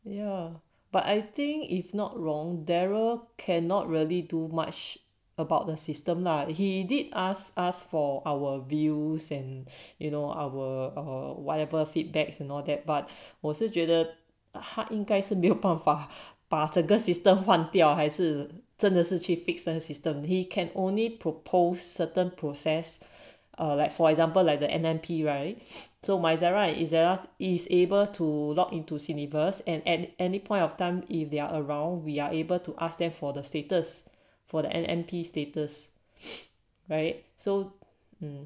ya but I think if not wrong daryl cannot really do much about the system lah he did ask us for our view and you know our or whatever feedbacks and all that but 我是觉得 uh 他应该是没有办法把这个 system 换掉还是真的是去 fix the system he can only propose certain process or like for example like the N_M_P right so misarah and ezerra is able to log into universe and at any point of time if they're around we are able to ask them for the status for the N and P status right so um